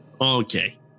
Okay